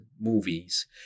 movies